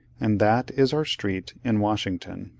and that is our street in washington.